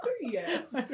Yes